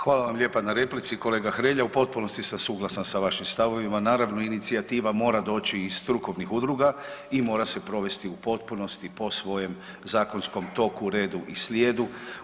Hvala vam lijepa na replici kolega Hrelja, u potpunosti sam suglasan sa vašim stavovima, naravno inicijativa mora doći iz strukovnih udruga i mora se provesti u potpunosti po svojem zakonskom toku, redu i slijedu.